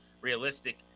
Realistic